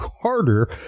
carter